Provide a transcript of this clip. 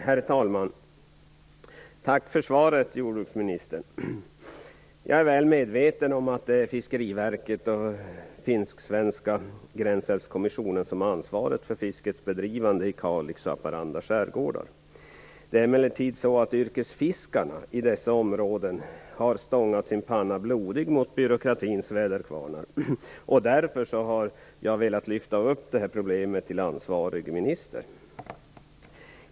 Herr talman! Tack för svaret, jordbruksministern. Jag är väl medveten om att det är Fiskeriverket och Finsk-svenska gränsälvskommissionen som har ansvaret för fiskets bedrivande i Kalix och Haparanda skärgårdar. Det är emellertid så att yrkesfiskarna i dessa områden har stångat sin panna blodig mot byråkratins väderkvarnar. Därför har jag velat lyfta upp det här problemet med ansvarig minister.